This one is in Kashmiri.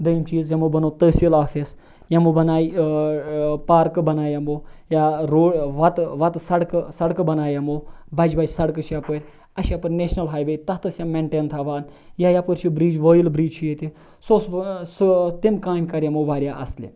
دٔیِم چیٖز یِمو بَنوو تٔحصیٖل آفِس یِمو بَنایہِ پارکہٕ بَنایہِ یِمو یا رو وَتہٕ وَتہٕ سڑکہٕ سڑکہٕ بَنایہِ یِمو بَجہِ بَجہِ سڑکہٕ چھِ پَپٲرۍ اَسہِ چھِ یَپٲرۍ نیشنَل ہاے وے تَتھ ٲسۍ یِم مٮ۪نٹین تھاوان یا یَپٲرۍ چھُ بِرٛج وٲیُل بِرٛج چھِ ییٚتہِ سُہ اوس سُہ تِم کامہِ کَرِ یِمو واریاہ اَصلہِ